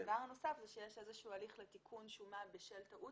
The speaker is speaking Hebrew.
יש איזשהו הליך לתיקון שומה בשל טעות